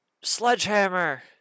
Sledgehammer